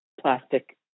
plastic